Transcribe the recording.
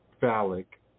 phallic